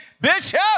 Bishop